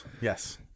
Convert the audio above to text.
Yes